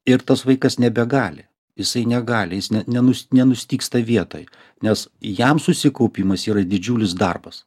ir tas vaikas nebegali jisai negali jis ne nenu nenustygsta vietoj nes jam susikaupimas yra didžiulis darbas